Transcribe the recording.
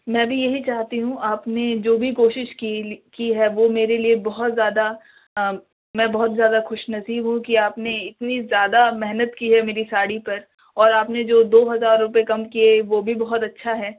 میں بھی یہی چاہتی ہوں آپ نے جو بھی کوشش کی کی ہے وہ میرے لیے بہت زیادہ میں بہت زیادہ خوش نصیب ہوں کہ آپ نے اتنی زیادہ محنت کی ہے میری ساڑی پر اور آپ نے جو دو ہزار روپئے کم کیے وہ بھی بہت اچھا ہے